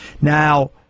Now